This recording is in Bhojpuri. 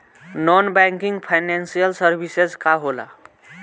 नॉन बैंकिंग फाइनेंशियल सर्विसेज का होला?